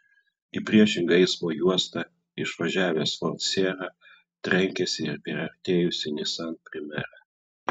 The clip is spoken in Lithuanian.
į priešingą eismo juostą išvažiavęs ford sierra trenkėsi į priartėjusį nissan primera